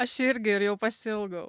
aš irgi ir jau pasiilgau